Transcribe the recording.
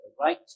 right